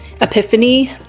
epiphany